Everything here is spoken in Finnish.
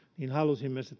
halusimme